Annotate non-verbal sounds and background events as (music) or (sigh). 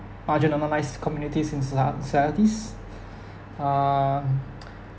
marginalised communities in soc~ societies (breath) err (noise)